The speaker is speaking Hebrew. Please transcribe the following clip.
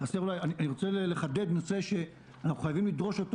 אני רוצה לחדד נושא שאנחנו חייבים לדרוש אותו